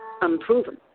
unproven